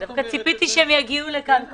דווקא ציפיתי שהם יגיעו לכאן כולם.